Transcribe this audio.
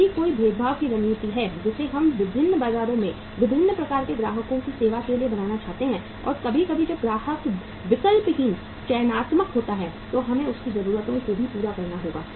यदि कोई भेदभाव की रणनीति है जिसे हम विभिन्न बाजारों में विभिन्न प्रकार के ग्राहकों की सेवा के लिए बनाना चाहते हैं और कभी कभी जब ग्राहक विकल्पहीन चयनात्मक होता है तो हमें उसकी जरूरतों को भी पूरा करना होगा